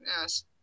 Yes